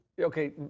okay